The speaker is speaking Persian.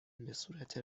بهصورت